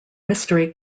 mystery